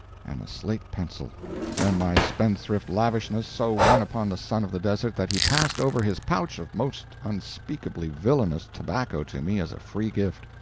and a slate pencil and my spendthrift lavishness so won upon the son of the desert that he passed over his pouch of most unspeakably villainous tobacco to me as a free gift.